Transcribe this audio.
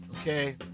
Okay